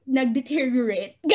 nag-deteriorate